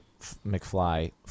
McFly